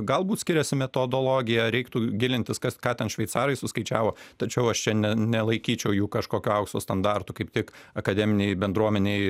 galbūt skiriasi metodologija reiktų gilintis kas ką ten šveicarai suskaičiavo tačiau aš čia ne nelaikyčiau jų kažkokiu aukso standartu kaip tik akademinei bendruomenei